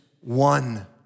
one